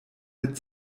mit